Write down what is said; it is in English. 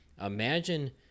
imagine